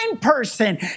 person